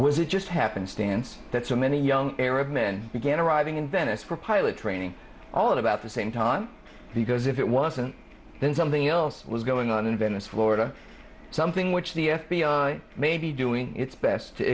was it just happenstance that so many young arab men began arriving in venice for pilot training all about the same time because if it wasn't then something else was going on in venice florida something which the f b i may be doing its best to